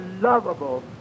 lovable